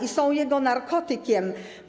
i są jego narkotykiem.